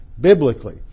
biblically